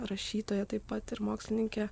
rašytoja taip pat ir mokslininkė